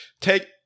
take